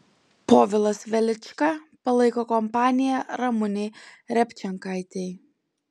povilas velička palaiko kompaniją ramunei repčenkaitei